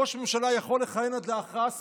שראש ממשלה יכול לכהן עד להכרעה סופית,